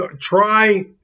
try